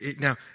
Now